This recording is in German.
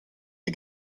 die